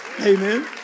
Amen